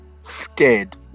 scared